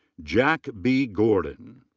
jack b. gorden.